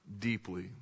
deeply